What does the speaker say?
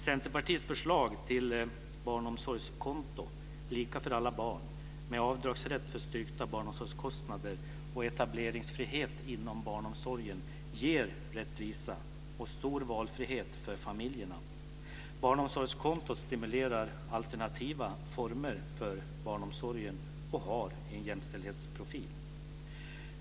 Centerpartiets förslag till barnomsorgskonto, lika för alla barn, med avdragsrätt för styrkta barnomsorgskostnader och etableringsfrihet inom barnomsorgen, ger rättvisa och stor valfrihet för familjerna. Barnomsorgskontot stimulerar alternativa former för barnomsorgen och har en jämställdhetsprofil.